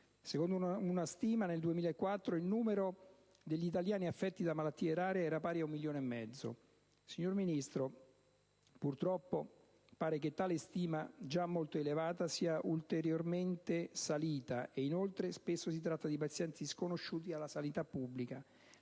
Secondo una stima, nel 2004 il numero degli italiani affetti da malattie rare era pari a 1,5 milioni. Signora Sottosegretario, purtroppo pare che tale stima, già molto elevata, sia ulteriormente salita e che spesso si tratti di pazienti in gran parte sconosciuti alla sanità pubblica.